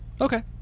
okay